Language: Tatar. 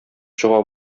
чыга